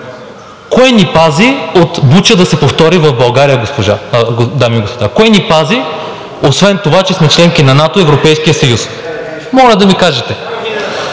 Кое ни пази от Буча да се повтори в България, дами и господа? Кое ни пази – освен това, че сме членки на НАТО и Европейския съюз, моля да ми кажете?